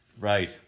right